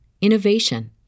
innovation